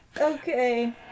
Okay